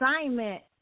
assignment